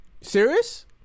Serious